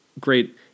great